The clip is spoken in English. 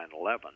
9-11